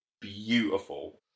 beautiful